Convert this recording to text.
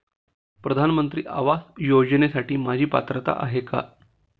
प्रधानमंत्री आवास योजनेसाठी माझी पात्रता आहे का?